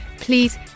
please